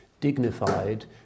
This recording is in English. dignified